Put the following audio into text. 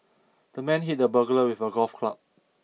the man hit the burglar with a golf club